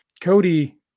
Cody